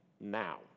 now